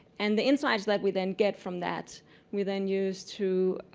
and the insight that we then get from that we then use to